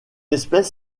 espèce